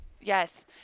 yes